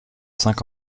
cinq